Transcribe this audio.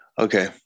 Okay